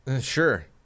Sure